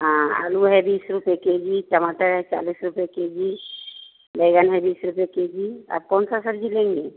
हाँ आलू है बीस रुपये के जी टमाटर है चालीस रुपये के जी बैगन है बीस रुपये के जी आप कौन सी सब्ज़ी लेंगी